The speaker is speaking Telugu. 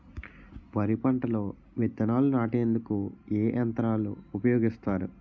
వరి పంటలో విత్తనాలు నాటేందుకు ఏ యంత్రాలు ఉపయోగిస్తారు?